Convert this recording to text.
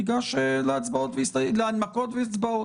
ניגש להנמקות ולהצבעות.